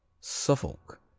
Suffolk